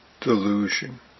delusion